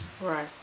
Right